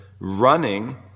running